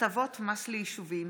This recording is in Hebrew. (הטבות מס ליישובים),